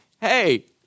Hey